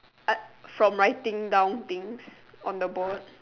uh from writing down things on the board